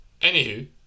anywho